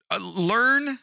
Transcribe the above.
learn